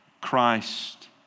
Christ